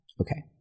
Okay